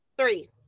three